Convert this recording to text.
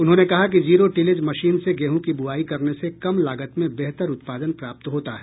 उन्होंने कहा कि जीरो टिलेज मशीन से गेहूँ की बुआई करने से कम लागत में बेहतर उत्पादन प्राप्त होता है